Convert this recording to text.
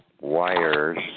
wires